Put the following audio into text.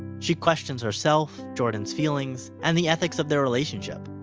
she questions herself, jordan's feelings, and the ethics of their relationship.